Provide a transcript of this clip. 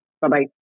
Bye-bye